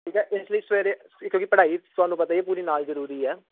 ਠੀਕ ਆ ਇਸ ਲਈ ਸਵੇਰੇ ਕਿਉਂਕਿ ਪੜ੍ਹਾਈ ਤੁਹਾਨੂੰ ਪਤਾ ਹੀ ਪੂਰੀ ਨਾਲ ਜ਼ਰੂਰੀ ਆ